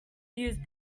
use